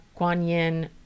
Guanyin